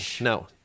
No